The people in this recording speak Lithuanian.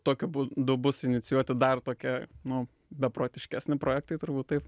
tokiu būdu bus inicijuota dar tokia nu beprotiškesni projektai turbūt taip